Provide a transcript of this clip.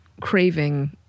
craving